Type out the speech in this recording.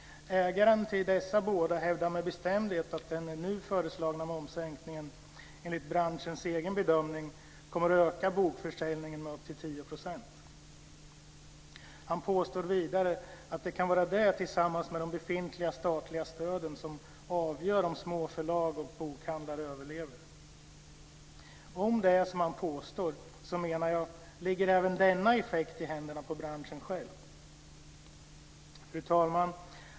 Ägaren till dessa båda hävdar med bestämdhet att den nu föreslagna momssänkningen, enligt branschens egen bedömning, kommer att öka bokförsäljningen med upp till 10 %. Han påstår vidare att det kan vara det, tillsammans med de befintliga statliga stöden, som avgör om små förlag och bokhandlare överlever. Om det är som han påstår menar jag att även denna effekt ligger i händerna på branschen själv. Fru talman!